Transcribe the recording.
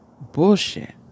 bullshit